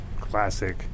classic